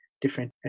different